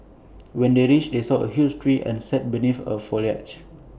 when they reached they saw A huge tree and sat beneath the foliage